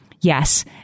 Yes